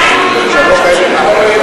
די עם המונח הזה.